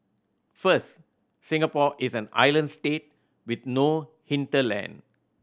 first Singapore is an island state with no hinterland